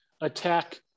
attack